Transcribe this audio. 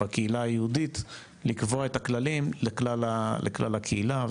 בקהילה היהודית לקבוע את הכללים לכלל הקהילה,